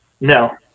No